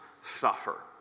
suffer